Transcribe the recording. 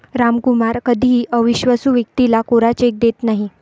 रामकुमार कधीही अविश्वासू व्यक्तीला कोरा चेक देत नाही